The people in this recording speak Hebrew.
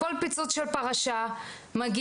בכל פיצוץ של פרשה מגיעים